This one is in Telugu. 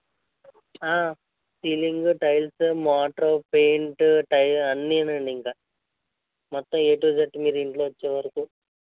సీలింగు టైల్సు మోటరు పెయింట్ టై అన్నీనండి ఇంక మొత్తం ఏ టూ జెడ్ మీరు ఇంట్లోకి వచ్చేంత వరకు